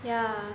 yeah